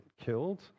killed